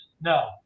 no